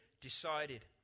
decided